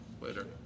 Later